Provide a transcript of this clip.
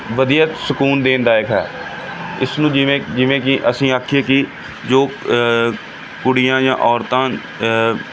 ਵਧੀਆ ਸਕੂਨ ਦੇਣ ਦਾਇਕ ਹੈ ਇਸਨੂੰ ਜਿਵੇਂ ਜਿਵੇਂ ਕਿ ਅਸੀਂ ਆਖੀਏ ਕਿ ਜੋ ਕੁੜੀਆਂ ਜਾਂ ਔਰਤਾਂ